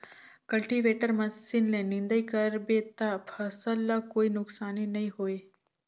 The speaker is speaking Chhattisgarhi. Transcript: कल्टीवेटर मसीन ले निंदई कर बे त फसल ल कोई नुकसानी नई होये